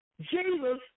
Jesus